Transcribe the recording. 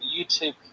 YouTube